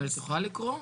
אבל את יכולה לקרוא?